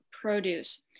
Produce